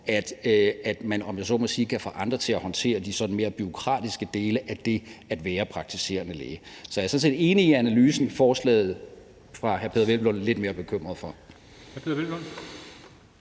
sige, kan få andre til at håndtere de mere bureaukratiske dele af det at være praktiserende læge. Så jeg er sådan set enig i analysen, men lidt mere bekymret for